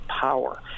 power